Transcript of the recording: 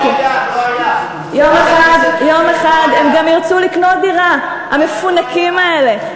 יום אחד הם גם ירצו לקנות דירה, המפונקים האלה.